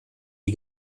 die